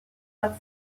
leurs